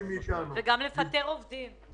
וגם לפטר עובדים.